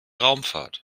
raumfahrt